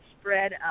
spread